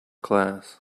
class